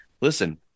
listen